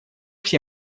все